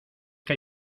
que